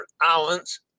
Islands